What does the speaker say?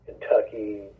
Kentucky